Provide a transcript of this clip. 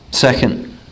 second